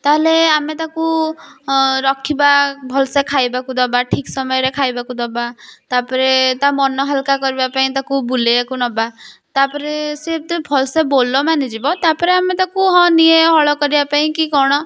ତାହାହେଲେ ଆମେ ତାକୁ ରଖିବା ଭଲସେ ଖାଇବାକୁ ଦେବା ଠିକ୍ ସମୟରେ ଖାଇବାକୁ ଦେବା ତାପରେ ତା ମନ ହାଲ୍କା କରିବା ପାଇଁ ତାକୁ ବୁଲେଇବାକୁ ନେବା ତାପରେ ସେ ଯେତେବେଳେ ଭଲ ସେ ବୋଲ ମାନିଯିବ ତାପରେ ଆମେ ତାକୁ ହଁ ନିଏ ହଳ କରିବା ପାଇଁ କି କ'ଣ